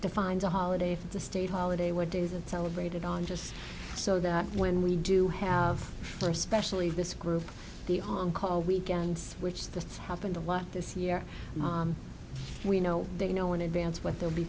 defines a holiday if it's a state holiday what days it celebrated on just so that when we do have for especially this group the on call weekends which just happened a lot this year we know that you know in advance what they'll be